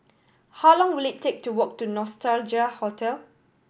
how long will it take to walk to Nostalgia Hotel